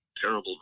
terrible